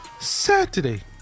saturday